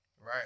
Right